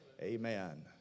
Amen